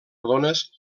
rodones